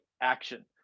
action